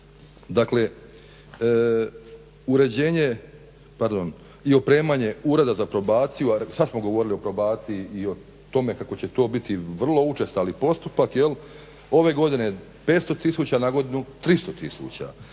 dakle uređenje i opremanje Ureda za probaciju, a sad smo govorili o probaciji i o tome kako će to biti vrlo učestali postupak jel' ove godine 500 tisuća, nagodinu 300 tisuća.